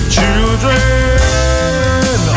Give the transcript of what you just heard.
Children